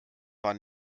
war